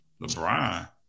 LeBron